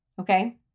okay